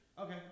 okay